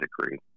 degree